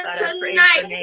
tonight